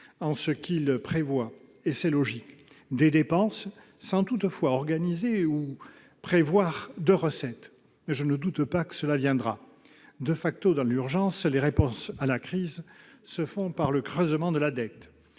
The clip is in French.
en ce qu'il prévoit- c'est logique -des dépenses sans proposer de recettes. Mais je ne doute pas que cela viendra., dans l'urgence, les réponses à la crise se font par le creusement de la dette.